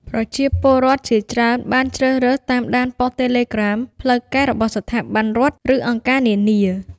ប្រជាពលរដ្ឋជាច្រើនបានជ្រើសរើស តាមដានប៉ុស្តិ៍ Telegram ផ្លូវការ របស់ស្ថាប័នរដ្ឋ ឬអង្គការនានា។